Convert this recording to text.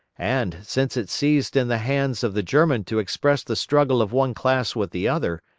and, since it ceased in the hands of the german to express the struggle of one class with the other,